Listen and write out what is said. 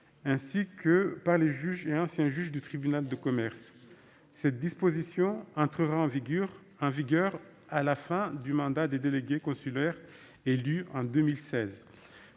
ainsi que par les juges et anciens juges du tribunal de commerce. Cette disposition entrera en vigueur à la fin du mandat des délégués consulaires élus en 2016.